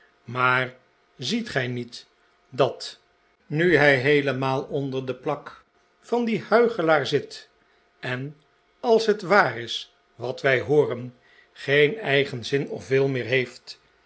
maar ziet gij niet dat nu hij heelemaal orider de plak van dien huichelaar zit en als het waar is wat wij hooren geen eigen zin of wil meer heeft